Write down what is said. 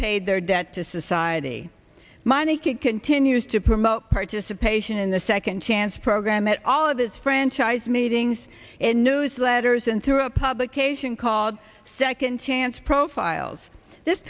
paid their debt to society my naked continues to promote participation in the second chance program at all of his franchise meetings and newsletters and through a publication called second chance profiles this